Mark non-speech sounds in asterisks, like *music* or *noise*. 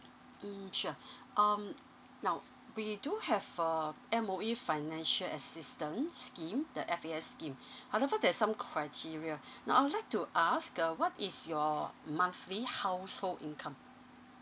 mm sure *breath* um now we do have a M_O_E financial assistance scheme the F_A_S scheme *breath* however there's some criteria *breath* now I would like to ask uh what is your monthly household income